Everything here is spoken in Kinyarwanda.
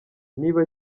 niba